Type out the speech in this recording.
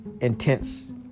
intense